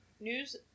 news